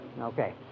okay